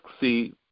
see